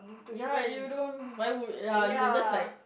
ya you don't why would ya you just like